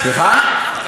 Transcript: יכול להיות, עליך אני סומך.